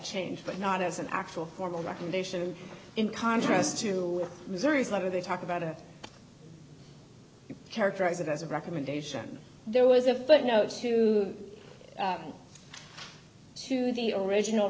change but not as an actual formal recommendation in contrast to missouri's letter they talk about to characterize it as a recommendation there was a footnote to to the original